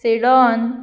Sidon